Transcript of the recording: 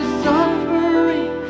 suffering